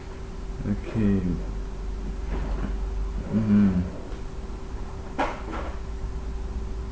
okay mmhmm